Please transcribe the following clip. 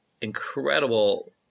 incredible